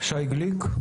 שי גליק.